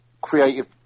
creative